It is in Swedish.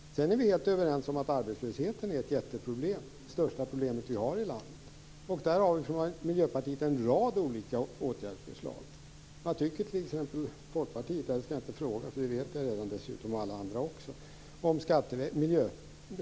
Vi är helt överens om att arbetslösheten är ett jätteproblem - det största problem vi har i landet. Där har vi i Miljöpartiet en rad olika åtgärdsförslag. Jag skall inte fråga vad Folkpartiet tycker, därför att jag och alla andra vet det redan.